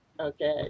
okay